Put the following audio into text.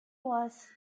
was